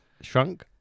Shrunk